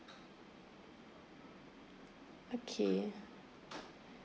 okay